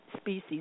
species